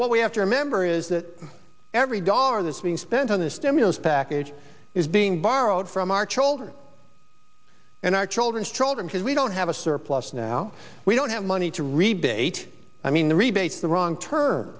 what we have to remember is that every dollar of this being spent on the stimulus package is being borrowed from our children and our children's children because we don't have a surplus now we don't have money to rebate i mean the rebates the wrong term